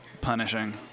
punishing